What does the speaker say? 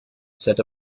set